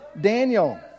Daniel